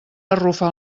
arrufa